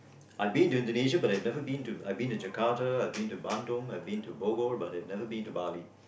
I've been to Indonesia but never been to I've been to Jakarta I've been Bandung I've been to Bogor but I've never been to Bali